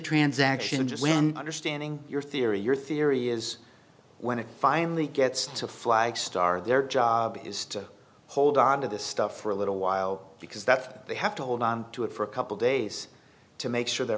transaction just when understanding your theory your theory is when it finally gets to flag star their job is to hold on to this stuff for a little while because that they have to hold on to it for a couple days to make sure they're